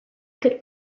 could